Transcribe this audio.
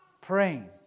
praying